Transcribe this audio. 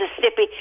Mississippi